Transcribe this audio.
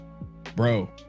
bro